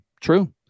True